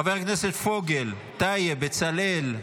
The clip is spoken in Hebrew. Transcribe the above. חבר הכנסת פוגל, טייב, בצלאל,